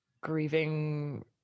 grieving